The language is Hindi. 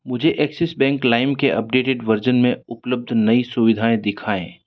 मुझे एक्सिस बैंक लाइम के अपडेटेड वर्ज़न में उपलब्ध नई सुविधाएँ दिखाएँ